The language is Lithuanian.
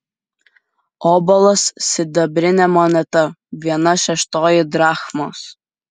obolas sidabrinė moneta viena šeštoji drachmos